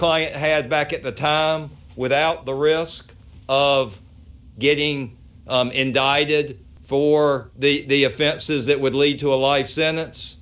client had back at the time without the risk of getting indicted for the offenses that would lead to a life sentence